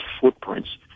footprints